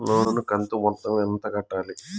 లోను కంతు మొత్తం ఎంత కట్టాలి?